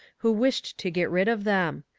who wished to get rid of them.